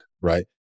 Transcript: right